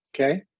okay